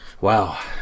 Wow